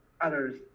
others